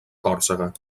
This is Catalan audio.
còrsega